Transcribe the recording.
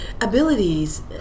abilities